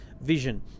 vision